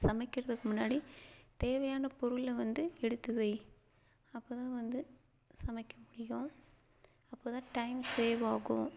சமைக்கிறதுக்கு முன்னாடி தேவையான பொருளை வந்து எடுத்து வை அப்போதான் வந்து சமைக்க முடியும் அப்போதான் டைம் சேவ் ஆகும்